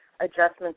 adjustments